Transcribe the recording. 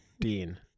Dean